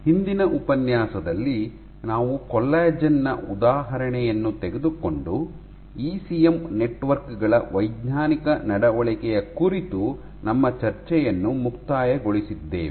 ಹಿಂದಿನ ಉಪನ್ಯಾಸದಲ್ಲಿ ನಾವು ಕೊಲ್ಲಾಜೆನ್ ನ ಉದಾಹರಣೆಯನ್ನು ತೆಗೆದುಕೊಂಡು ಇಸಿಎಂ ನೆಟ್ವರ್ಕ್ ಗಳ ವೈಜ್ಞಾನಿಕ ನಡವಳಿಕೆಯ ಕುರಿತು ನಮ್ಮ ಚರ್ಚೆಯನ್ನು ಮುಕ್ತಾಯಗೊಳಿಸಿದ್ದೇವೆ